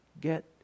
Get